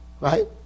Right